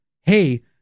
hey